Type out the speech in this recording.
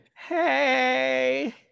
hey